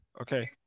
okay